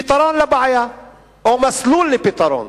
פתרון לבעיה או מסלול לפתרון: